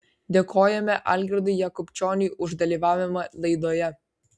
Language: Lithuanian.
dėkojame algirdui jakubčioniui už dalyvavimą laidoje